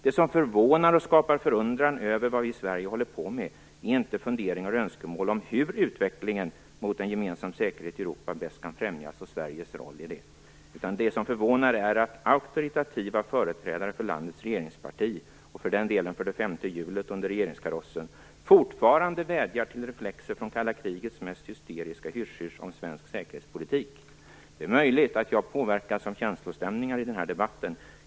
Det som förvånar och som skapar förundran över vad vi i Sverige håller på med är inte funderingar och önskemål om hur utvecklingen mot en gemensam säkerhet i Europa bäst kan främjas och Sveriges roll i det. Det som förvånar är i stället att auktoritativa företrädare för landets regeringsparti och för den delen för det femte hjulet under regeringskarossen fortfarande vädjar till reflexer från kalla krigets mest hysteriska hysch-hysch om svensk säkerhetspolitik. Det är möjligt att jag påverkas av känslostämningar i den här debatten.